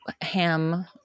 ham